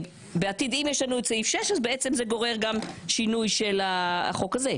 ובעתיד אם ישנו את סעיף 6 אז בעצם זה גורר גם שינוי של החוק הזה.